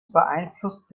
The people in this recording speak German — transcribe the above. beeinflusst